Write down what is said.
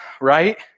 right